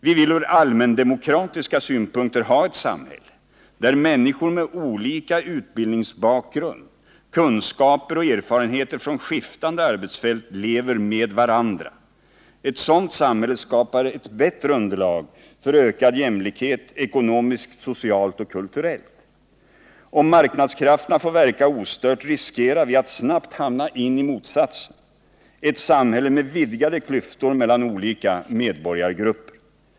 Vi vill ur allmändemokratiska synpunkter ha ett samhälle där människor med olika utbildningsbakgrund och kunskaper och med erfarenheter från skiftande arbetsfält lever med varandra. Ett sådant samhälle skapar ett bättre underlag för ökad jämlikhet ekonomiskt, socialt och kulturellt. Om marknadskrafterna får verka ostört, riskerar vi att snabbt hamna i motsatsen — ett samhälle med vidgade klyftor mellan olika medborgargrupper.